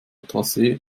trasse